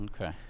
Okay